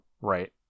right